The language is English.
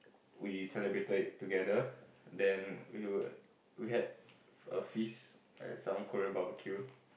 we celebrated it together then we would we had a a feast at some Korean barbecue